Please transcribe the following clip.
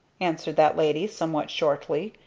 answered that lady, somewhat shortly,